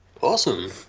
Awesome